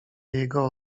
jego